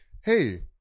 hey